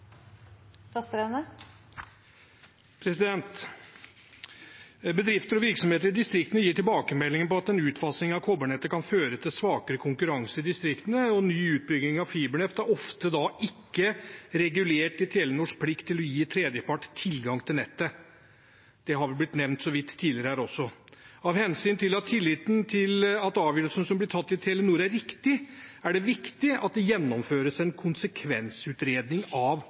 ofte ikke regulert i Telenors plikt til å gi tredjepart tilgang til nettet. Det er vel blitt nevnt så vidt tidligere her også. Av hensyn til at tilliten til at avgjørelsen som blir tatt i Telenor, er riktig, er det viktig at det gjennomføres en konsekvensutredning av